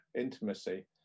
intimacy